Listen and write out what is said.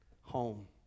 home